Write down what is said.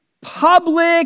public